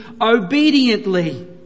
obediently